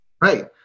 Right